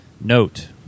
note